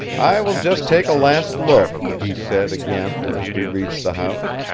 i will just take a last look, he said again, as we reached the house.